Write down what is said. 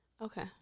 Okay